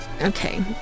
Okay